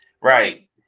Right